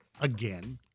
again